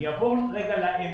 אני אעבור לאמצע.